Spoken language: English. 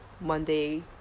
Monday